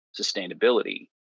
sustainability